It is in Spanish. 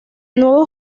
nuevo